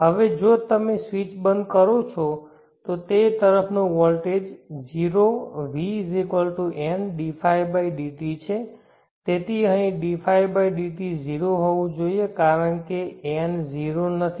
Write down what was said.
હવે જો તમે સ્વીચ બંધ કરો છો તો તે તરફનો voltage 0 v N dϕ dt છે તેથી અહીં Dϕ dt 0 હોવું જોઈએ કારણ કે N 0 નથી